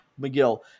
McGill